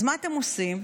אז מה אתם עושים?